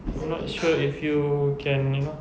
I'm not sure if you can apa